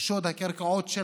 שוד הקרקעות של